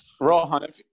Rohan